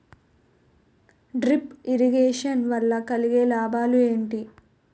Drip irrigation వల్ల కలిగే లాభాలు ఏంటి?